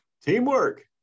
Teamwork